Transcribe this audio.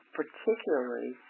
particularly